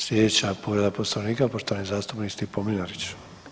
Sljedeća povreda poslovnika poštovani zastupnik Stipo Mlinarić.